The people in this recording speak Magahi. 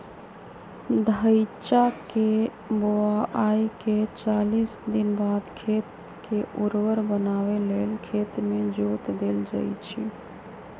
धइचा के बोआइके चालीस दिनबाद खेत के उर्वर बनावे लेल खेत में जोत देल जइछइ